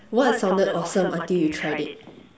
what sounded awesome until you tried it